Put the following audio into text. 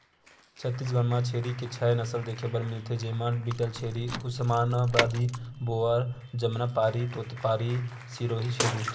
छत्तीसगढ़ म छेरी के छै नसल देखे बर मिलथे, जेमा बीटलछेरी, उस्मानाबादी, बोअर, जमनापारी, तोतपारी, सिरोही छेरी